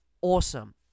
awesome